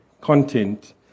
content